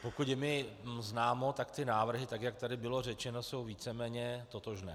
Pokud je mi známo, tak ty návrhy, tak jak tady bylo řečeno, jsou víceméně totožné.